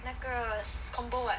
那个 s~ combo what